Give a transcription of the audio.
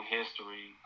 history